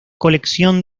colección